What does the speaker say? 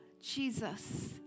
Jesus